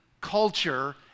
culture